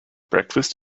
breakfast